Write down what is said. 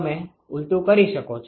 તમે ઊલટું કરી શકો છો